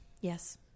Yes